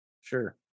Sure